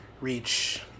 reach